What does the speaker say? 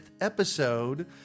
episode